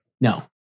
no